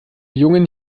jungen